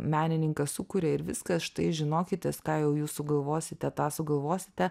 menininkas sukuria ir viskas štai žinokitės ką jau jūs sugalvosite tą sugalvosite